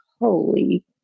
holy